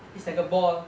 it's it's like a ball